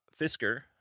Fisker